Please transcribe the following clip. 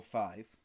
five